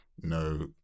no